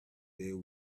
there